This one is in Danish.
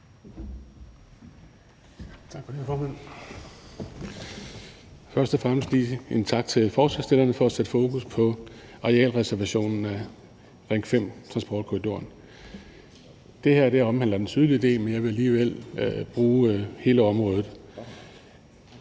Først og fremmest kommer her lige en tak til forslagsstillerne for at sætte fokus på arealreservationen af Ring 5-transportkorridoren. Det her omhandler den sydlige del, men jeg vil alligevel tale om hele området.